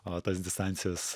o tas distancijas